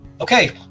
Okay